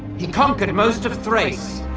he conquered most of thrace,